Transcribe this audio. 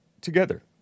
together